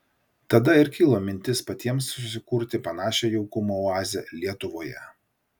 tada ir kilo mintis patiems susikurti panašią jaukumo oazę lietuvoje